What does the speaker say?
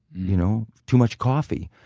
you know too much coffee.